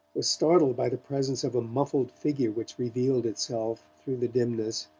was startled by the presence of a muffled figure which revealed itself, through the dimness,